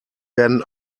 werden